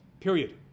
period